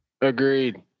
Agreed